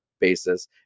Basis